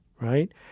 right